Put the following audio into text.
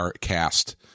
cast